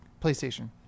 PlayStation